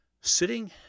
sitting